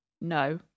No